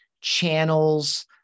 channels